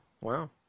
wow